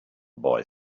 boy